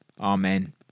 Amen